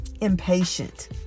impatient